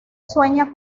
sueña